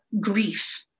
grief